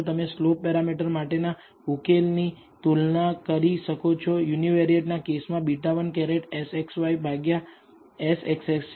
તમે slope parameter માટેના ઉકેલ ની તુલના કરી શકો છો યુનીવેરીયેટના કેસમાં β̂1 એ SXY ભાગ્યા SXX છે